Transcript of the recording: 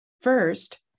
first